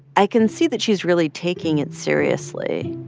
i can see that she's really taking it seriously,